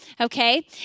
okay